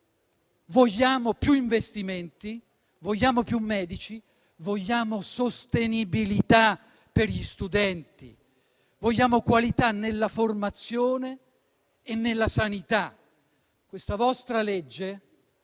vogliamo più investimenti, più medici, vogliamo sostenibilità per gli studenti, qualità nella formazione e nella sanità. Questa vostra legge